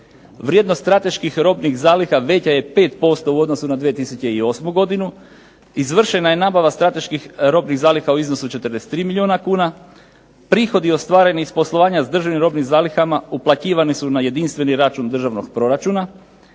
vrijednost strateških robnih zaliha veća je 5% u odnosu na 2008. godinu, izvršena je nabava strateških robnih zaliha u iznosu 43 milijuna kuna, prihodi ostvareni iz poslovanja s državnim robnim zalihama uplaćivani su na jedinstveni račun državnog proračuna,